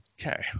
okay